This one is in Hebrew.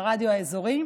ברדיו האזורי.